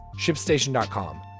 ShipStation.com